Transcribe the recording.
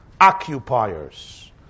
occupiers